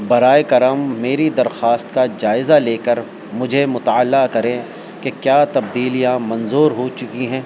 برائے کرم میری درخواست کا جائزہ لے کر مجھے مطالعہ کریں کہ کیا تبدیلیاں منظور ہو چکی ہیں